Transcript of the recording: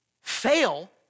fail